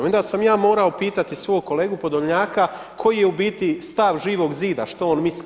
I onda sam ja morao pitati svog kolegu Podlonjaka koji je u biti stav Živog zida, što on misli?